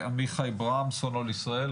עמיחי ברם סונול ישראל.